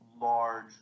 large